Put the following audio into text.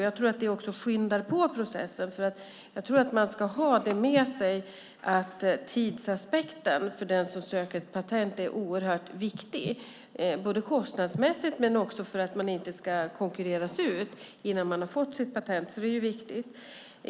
Jag tror att det också skyndar på processen, för tidsaspekten är oerhört viktig för den som söker patent, både kostnadsmässigt och för att man inte ska konkurreras ut innan man har fått ett patent. Det är viktigt.